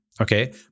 okay